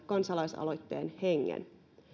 kansalaisaloitteen hengen käytännön elämään